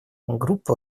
группа